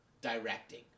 directing